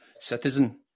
citizen